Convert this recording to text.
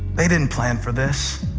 they didn't plan for this.